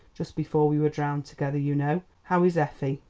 just before we were drowned together, you know? how is effie?